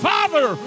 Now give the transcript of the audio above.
Father